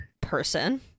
person